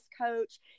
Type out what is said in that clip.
coach